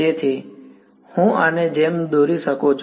તેથી હું આની જેમ દોરી શકું છું